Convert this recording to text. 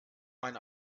mein